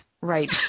Right